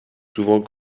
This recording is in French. souvent